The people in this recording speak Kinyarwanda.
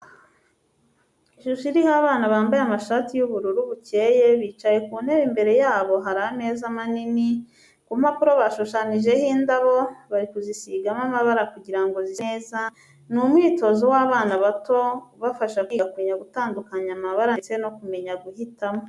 Ishusho iriho abana bambaye amashati y'ubururu bukeye bicaye ku ntebe imbere yabo hari ameza manini, ku mpapuro bashushanyije indabo bari kuzisigamo amabara kugira ngo zise neza, ni umwitozo w'abana bato ubafasha kwiga kumeya gutandukanya amabara ndetse no kumeya guhitamo.